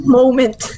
moment